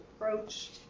Approach